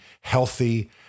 healthy